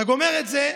אתה גומר את זה,